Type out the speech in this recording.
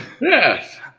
Yes